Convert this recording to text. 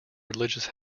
religious